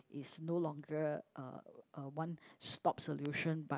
is no longer uh a one stop solution but